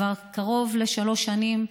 כבר קרוב לשלוש שנים,